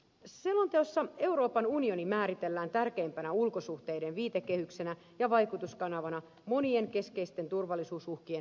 selonteossa euroopan unioni määritellään tärkeimpänä ulkosuhteiden viitekehyksenä ja vaikutuskanavana monien keskeisten turvallisuusuhkien torjumiseksi